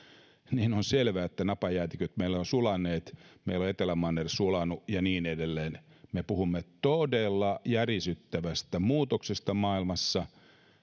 niin on selvää että napajäätiköt meillä ovat sulaneet meillä on etelämanner sulanut ja niin edelleen me puhumme todella järisyttävästä muutoksesta maailmassa